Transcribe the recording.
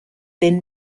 then